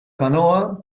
canoa